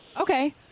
Okay